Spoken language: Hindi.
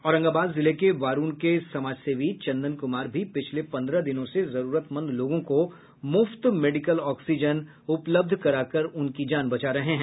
औरंगाबाद जिले के वारुण के समाजसेवी चंदन कुमार भी पिछले पंद्रह दिनों से जरुरमंद लोगों को मुफ्त मेडिकल ऑक्सीजन उपलब्ध कराकर उनकी जान बचा रहे हैं